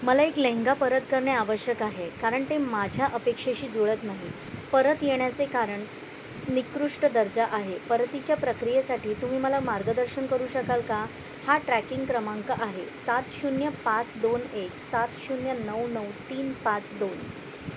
मला एक लेहंगा परत करणे आवश्यक आहे कारण ते माझ्या अपेक्षेशी जुळत नाही परत येण्याचे कारण निकृष्ट दर्जा आहे परतीच्या प्रक्रियेसाठी तुम्ही मला मार्गदर्शन करू शकाल का हा ट्रॅकिंग क्रमांक आहे सात शून्य पाच दोन एक सात शून्य नऊ नऊ तीन पाच दोन